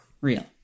Real